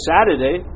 Saturday